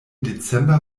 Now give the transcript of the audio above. dezember